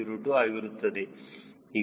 02 ಆಗಿರುತ್ತದೆ